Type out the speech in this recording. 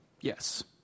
Yes